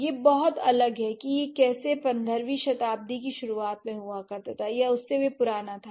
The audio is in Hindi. यह बहुत अलग है कि यह कैसे पंद्रहवीं शताब्दी की शुरुआत में हुआ करता था या उससे भी पुराना था